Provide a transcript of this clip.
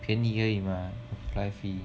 便宜而已吗 apply fee